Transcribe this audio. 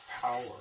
power